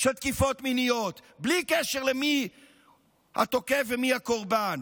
של תקיפות מיניות, בלי קשר למי התוקף ומי הקורבן,